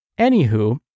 Anywho